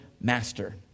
master